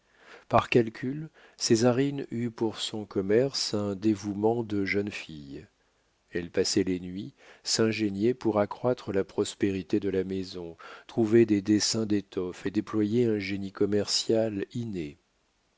par calcul césarine eut pour son commerce un dévouement de jeune fille elle passait les nuits s'ingéniait pour accroître la prospérité de la maison trouvait des dessins d'étoffes et déployait un génie commercial inné